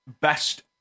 best